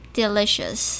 delicious